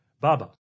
Baba